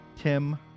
Tim